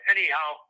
Anyhow